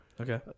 Okay